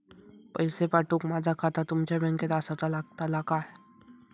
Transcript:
पैसे पाठुक माझा खाता तुमच्या बँकेत आसाचा लागताला काय?